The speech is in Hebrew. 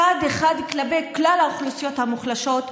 צעד אחד כלפי כלל האוכלוסיות המוחלשות,